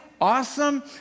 awesome